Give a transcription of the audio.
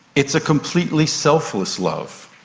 it's a completely selfless love.